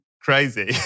crazy